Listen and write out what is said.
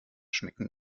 schmecken